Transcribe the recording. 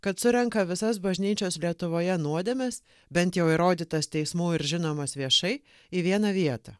kad surenka visas bažnyčios lietuvoje nuodėmes bent jau įrodytas teismų ir žinomas viešai į vieną vietą